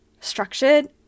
structured